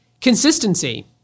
Consistency